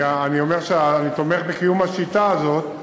אני אומר שאני תומך בקיום השיטה הזאת,